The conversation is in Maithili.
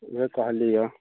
वएह कहलिए